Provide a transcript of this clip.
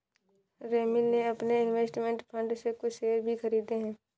रोमिल ने अपने investment fund से कुछ शेयर भी खरीदे है